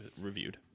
reviewed